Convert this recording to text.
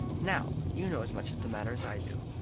now you know as much of the matter as i do.